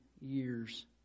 years